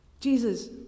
Jesus